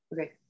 Okay